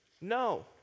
No